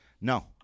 no